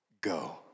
go